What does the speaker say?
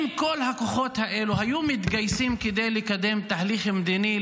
אם כל הכוחות האלה היו מתגייסים כדי לקדם תהליך מדיני,